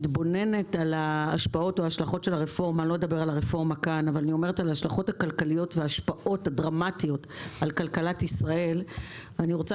חושבת שבנסיבות החמורות כל כך של פגיעה בכלכלת ישראל בשל הרפורמה,